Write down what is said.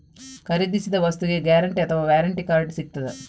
ಖರೀದಿಸಿದ ವಸ್ತುಗೆ ಗ್ಯಾರಂಟಿ ಅಥವಾ ವ್ಯಾರಂಟಿ ಕಾರ್ಡ್ ಸಿಕ್ತಾದ?